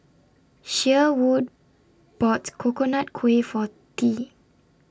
Sherwood bought Coconut Kuih For Tea